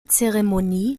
zeremonie